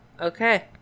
okay